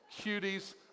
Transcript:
cuties